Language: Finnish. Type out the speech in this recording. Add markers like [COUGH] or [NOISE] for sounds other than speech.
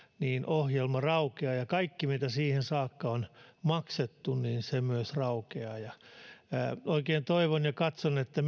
niin ohjelma raukeaa ja kaikki mitä siihen saakka on maksettu myös raukeaa [UNINTELLIGIBLE] [UNINTELLIGIBLE] [UNINTELLIGIBLE] [UNINTELLIGIBLE] [UNINTELLIGIBLE] oikein toivon ja katson että [UNINTELLIGIBLE]